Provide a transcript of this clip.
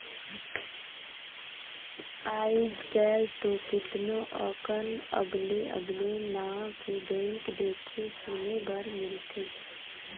आयज कायल तो केतनो अकन अगले अगले नांव के बैंक देखे सुने बर मिलथे